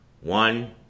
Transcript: One-